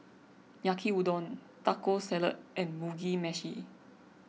Yaki Udon Taco Salad and Mugi Meshi